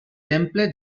temple